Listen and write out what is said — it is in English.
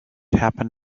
happen